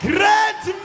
Great